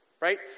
Right